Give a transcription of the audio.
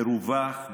מרווח,